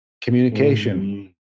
communication